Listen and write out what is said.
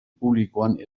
publikoan